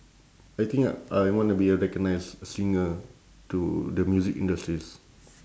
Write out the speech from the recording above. I think I wanna be a recognised singer to the music industries